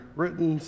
written